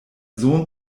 sohn